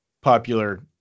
popular